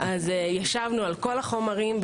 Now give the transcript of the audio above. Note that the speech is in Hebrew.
ישבנו על כל החומרים.